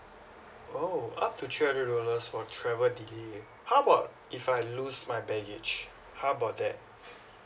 oh up to three hundred dollars for travel delay how about if I lose my baggage how about that